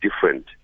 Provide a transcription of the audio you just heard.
different